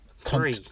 Three